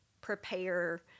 prepare